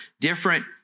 different